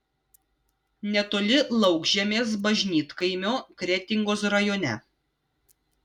netoli laukžemės bažnytkaimio kretingos rajone